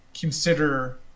consider